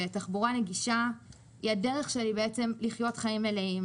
ותחבורה נגישה היא הדרך שלי לחיות חיים מלאים,